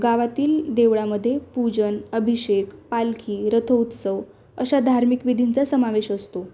गावातील देवळामध्ये पूजन अभिषेक पालखी रथउत्सव अशा धार्मिक विधींचा समावेश असतो